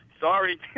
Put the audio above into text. Sorry